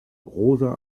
rosa